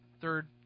third